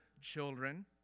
children